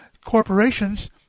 corporations